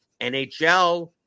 nhl